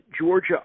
Georgia